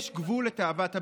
יש גבול לתאוות הבצע.